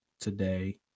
today